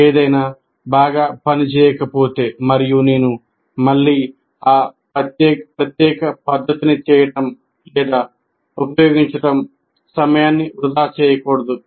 ఏదైనా బాగా పని చేయకపోతే మరియు నేను మళ్ళీ ఆ ప్రత్యేక పద్ధతిని చేయడం లేదా ఉపయోగించడం సమయాన్ని వృథా చేయకూడదు